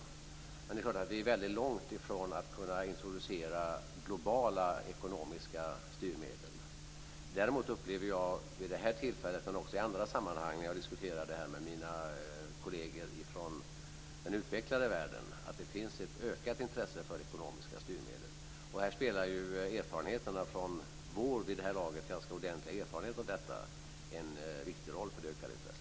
Men det är klart att vi är mycket långt ifrån att kunna introducera globala ekonomiska styrmedel. Däremot upplevde jag vid det här tillfället, liksom i andra sammanhang när jag har diskuterat detta med mina kolleger från den utvecklade världen, att det finns ett ökat intresse för ekonomiska styrmedel. Här spelar ju vår vid det här laget ganska ordentliga erfarenhet av detta en viktig roll för det ökade intresset.